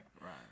Right